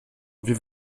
wir